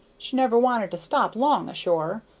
she never wanted to stop long ashore,